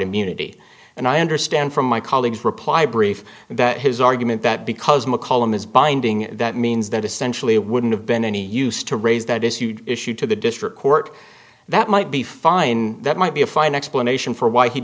immunity and i understand from my colleagues reply brief that his argument that because mccollum is binding that means that essentially it wouldn't have been any use to raise that this huge issue to the district court that might be fine that might be a fine explanation for why he